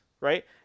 right